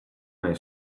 nahi